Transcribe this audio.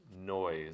Noise